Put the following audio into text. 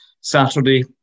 Saturday